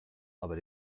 aber